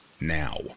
now